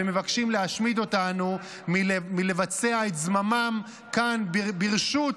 שמבקשים להשמיד אותנו מלבצע את זממם כאן ברשות,